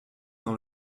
dans